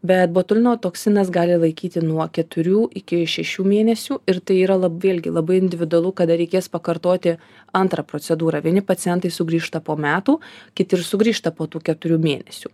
be botulino toksinas gali laikyti nuo keturių iki šešių mėnesių ir tai yra vėlgi labai individualu kada reikės pakartoti antrą procedūrą vieni pacientai sugrįžta po metų kiti ir sugrįžta po tų keturių mėnesių